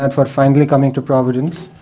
and for finally coming to providence.